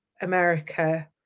America